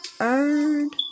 earned